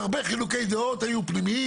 היו הרבה חילוקי דעות פנימיים,